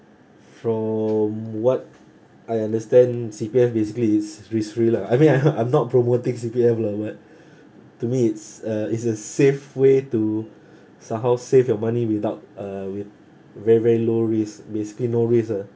from what I understand C_P_F basically it's risk free lah I mean I I'm not promoting C_P_F lah but to me it's uh it's a safe way to somehow save your money without uh with very very low risk basically no risk ah